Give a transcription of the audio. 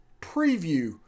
preview